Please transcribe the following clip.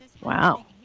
Wow